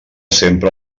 sempre